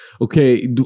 Okay